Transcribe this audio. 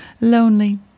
Lonely